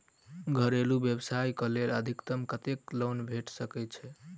घरेलू व्यवसाय कऽ लेल अधिकतम कत्तेक लोन भेट सकय छई?